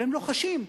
והם לוחשים.